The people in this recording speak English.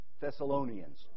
Thessalonians